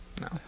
No